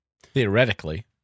Theoretically